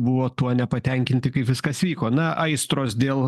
buvo tuo nepatenkinti kaip viskas vyko na aistros dėl